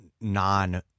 non